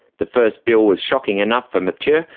the first bill was shocking enough for matthieu,